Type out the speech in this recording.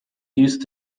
used